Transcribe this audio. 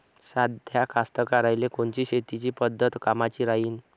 साध्या कास्तकाराइले कोनची शेतीची पद्धत कामाची राहीन?